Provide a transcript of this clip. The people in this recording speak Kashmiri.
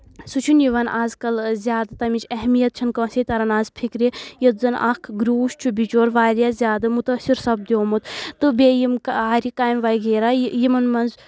سُہ چھُنہٕ یِوان آز کَل زیادٕ تَمِچ اہمیت چھےٚ نہٕ کٲنٛسے تَران اَز فِکرِ یتھ زَن اَکھ گرٛوٗس چھُ بِچور واریاہ زیادٕ مُتٲثر سَپدیومُت تہٕ بیٚیہِ یِم آرِ کامہِ وغیرہ یِمَن منٛز